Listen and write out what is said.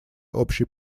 общей